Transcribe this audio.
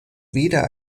weder